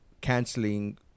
canceling